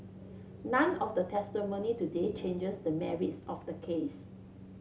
none of the testimony today changes the merits of the case